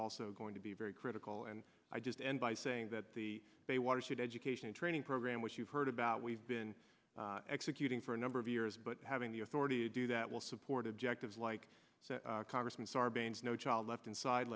also going to be very critical and i just end by saying that they want to shoot education training program which you've heard about we've been executing for a number of years but having the authority to do that will support objectives like congressman sarbanes no child left inside